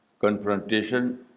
confrontation